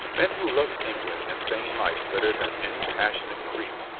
men who loved england and sane life better than any pas sionate creed,